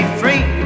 free